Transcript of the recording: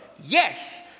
Yes